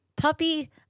Puppy